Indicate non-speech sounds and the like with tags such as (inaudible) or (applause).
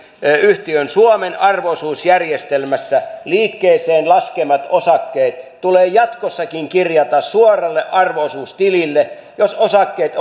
yhtiön suomen arvo osuusjärjestelmässä liikkeeseen laskemat osakkeet tulee jatkossakin kirjata suoralle arvo osuustilille jos osakkeet (unintelligible)